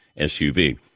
SUV